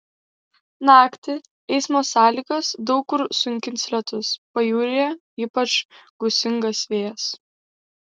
naktį eismo sąlygas daug kur sunkins lietus pajūryje ypač gūsingas vėjas